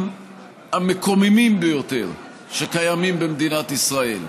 המקוממים ביותר שקיימים במדינת ישראל,